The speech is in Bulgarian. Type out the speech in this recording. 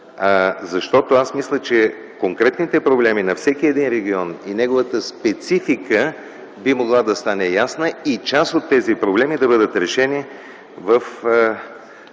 защото аз мисля, че конкретните проблеми на всеки един регион и неговата специфика би могла да стане ясна и част от тези проблеми да бъдат решени след